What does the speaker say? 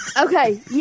Okay